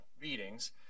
readings